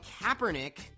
Kaepernick